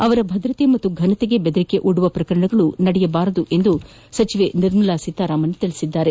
ಅವರ ಭದ್ರತೆ ಮತ್ತು ಘನತೆಗೆ ಬೆದರಿಕೆ ಒದ್ದುವ ಪ್ರಕರಣಗಳು ನಡೆಯಬಾರದು ಎಂದು ನಿರ್ಮಲಾ ಸೀತಾರಾಮನ್ ಹೇಳಿದ್ದಾರೆ